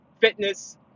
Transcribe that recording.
fitness